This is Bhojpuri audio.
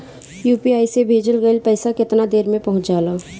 यू.पी.आई से भेजल गईल पईसा कितना देर में पहुंच जाला?